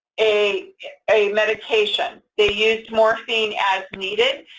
a a medication. they used morphine as needed,